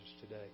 today